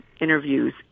interviews